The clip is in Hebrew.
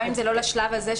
גם אם זה לא לשלב הזה.